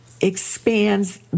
expands